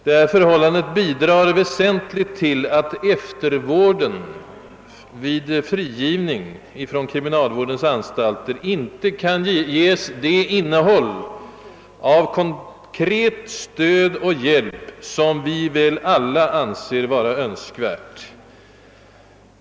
Detta förhållande bidrar väsentligt till att eftervården vid frigivningen från kriminalvårdens anstalter inte kan ges det innehåll av konkret stöd och hjälp som vi väl alla anser vara önskvärt.